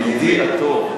ידידי הטוב,